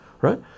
right